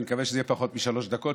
אני מקווה שזה יהיה פחות משלוש דקות,